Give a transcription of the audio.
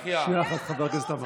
שנייה, חבר הכנסת עמאר.